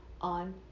on